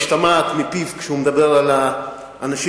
שמשתמעת מפיו כשהוא מדבר על האנשים